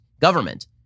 government